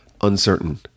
uncertain